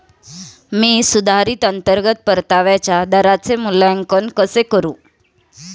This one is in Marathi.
मी सुधारित अंतर्गत परताव्याच्या दराचे मूल्यांकन कसे करू?